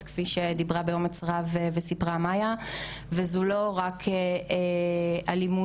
אלה שמלכתחילה יש להם את הכוח להרוס חיים.